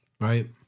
Right